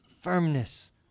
firmness